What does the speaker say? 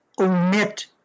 omit